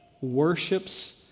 worships